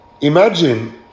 imagine